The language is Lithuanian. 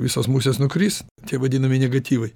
visos musės nukris tie vadinami negatyvai